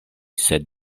sed